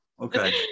Okay